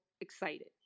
excited